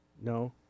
no